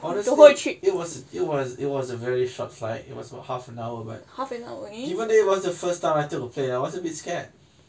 honestly it was it was it was a very short flight it was about half an hour but given that was the first time I took a plane I was a bit scared